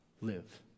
live